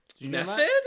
Method